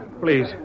Please